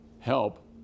help